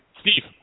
Steve